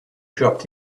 dropped